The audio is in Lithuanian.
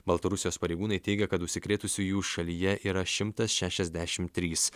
baltarusijos pareigūnai teigia kad užsikrėtusiųjų šalyje yra šimtas šešiasdešimt trys